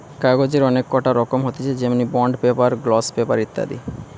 কাগজের অনেক কটা রকম হতিছে যেমনি বন্ড পেপার, গ্লস পেপার ইত্যাদি